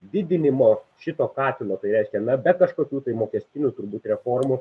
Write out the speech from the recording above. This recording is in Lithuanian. didinimo šito katilo tai reiškia na be kažkokių tai mokestinių turbūt reformų